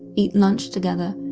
eat lunch together,